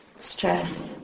Stress